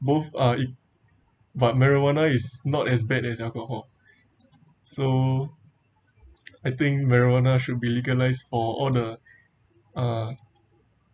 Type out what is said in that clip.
both are e~ but marijuana is not as bad as alcohol so I think marijuana should be legalised or all the